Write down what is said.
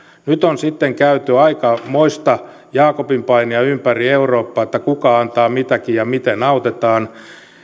nyt on sitten käyty aikamoista jaakopinpainia ympäri eurooppaa että kuka antaa mitäkin ja miten autetaan